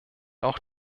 auch